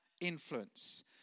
influence